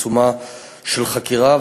בעיצומה של חקירה,